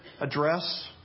address